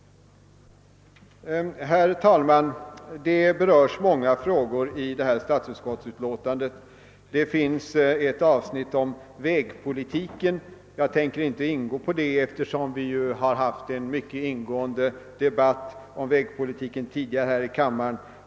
Herr talman! Det är många frågor som berörs i statsutskottets utlåtande. Där finns ett avsnitt om vägpolitiken, men jag tänker inte ingå på det, eftersom det förts en mycket omfattande debatt om vägpolitiken i kammaren tidigare.